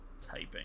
typing